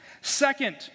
Second